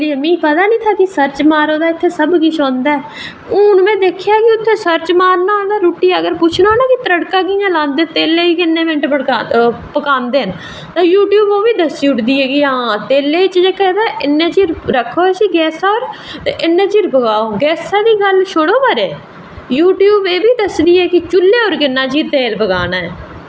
ते मिगी पता निहा कि सर्च मारो ते इत्थै सब किश औंदा ऐ ते हून में उत्थै दिक्खेआ कि अगर तड़का मारना तां उत्थै लिखना कि तेल पांदे तड़का किन्ने मिंट लाना ऐ ते यूट्यूब ओह्बी दस्सी ओड़दी की आं तेलै गी इन्ने चिर रक्खो गैसे पर ते इन्ने चिर पकाओ गैसे दी गल्ल छोड़ो परें ते यूट्यूब एह्बी दस्सदी ऐ कि चुल्हे पर किन्ना चिर तेल पकाना ऐ